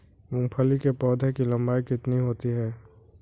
मूंगफली के पौधे की लंबाई कितनी होती है?